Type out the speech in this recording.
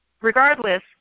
regardless